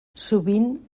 sovint